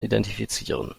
identifizieren